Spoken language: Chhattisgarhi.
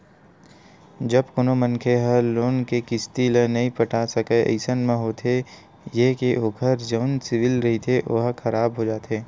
जब कोनो मनखे ह लोन के किस्ती ल नइ पटा सकय अइसन म होथे ये के ओखर जउन सिविल रिहिथे ओहा खराब हो जाथे